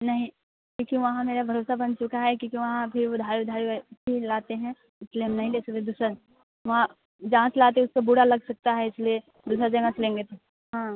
नहीं देखिए वहाँ मेरा भरोसा बन चुका है क्योंकि वहाँ अभी उधारी उधारी चीज़ लाते हैं इसलिए हम नहीं ले सकते दूसरा वहाँ जहाँ से लाते हैं उसको बुरा लग सकता है इसलिए दूसरा जगह से लेंगे तो हाँ